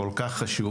כל כך חשוב.